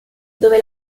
dove